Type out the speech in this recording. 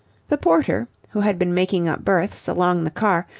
the porter, who had been making up berths along the car,